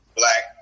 black